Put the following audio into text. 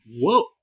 whoa